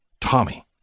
Tommy